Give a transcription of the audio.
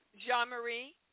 Jean-Marie